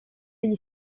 degli